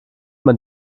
man